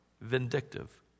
vindictive